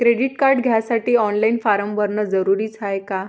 Credit card घ्यासाठी online form भरन जरुरीच हाय का?